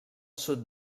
sud